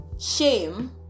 shame